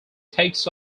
takes